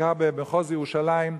בעיקר במחוז ירושלים,